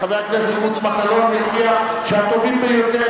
חבר הכנסת מוץ מטלון יוכיח שהטובים ביותר